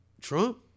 Trump